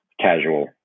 casual